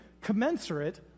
commensurate